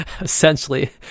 essentially